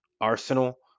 Arsenal